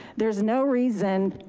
there's no reason.